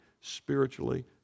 spiritually